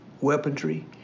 weaponry